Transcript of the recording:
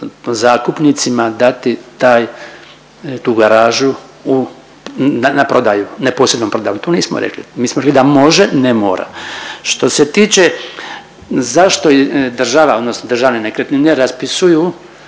zakupnicima dati taj, tu garažu u na prodaju, neposrednom prodajom, to nismo rekli. Mi smo rekli da može, ne mora. Što se tiče zašto je država odnosno Državne nekretnine raspisuju